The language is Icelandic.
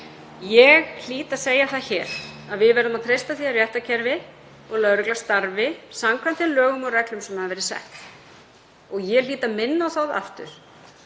Ég hlýt að segja það hér að við verðum að treysta því að réttarkerfið og lögregla starfi samkvæmt þeim reglum sem hafa verið settar. Og ég hlýt að minna á það aftur